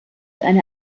eine